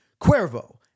Cuervo